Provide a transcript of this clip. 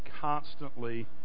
Constantly